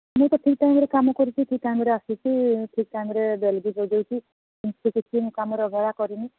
ମୁଁ ତ ଠିକ୍ ଟାଇମ୍ରେ କାମ କରୁଛି ଠିକ୍ ଟାଇମ୍ରେ ଆସୁଛି ଠିକ୍ ଟାଇମ୍ରେ ବେଲ୍ ବି ବଜାଉଛି ସେମିତି ତ କିଛି ମୁଁ କାମରେ ଅବହେଳା କରିନି